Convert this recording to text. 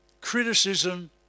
criticism